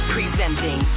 Presenting